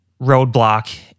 roadblock